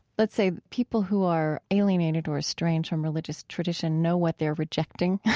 let's say people who are alienated or estranged from religious tradition know what they're rejecting.